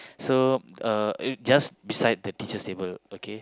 so uh just beside the teacher's table okay